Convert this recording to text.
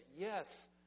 Yes